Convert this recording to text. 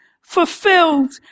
fulfilled